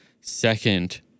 second